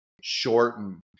shorten